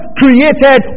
created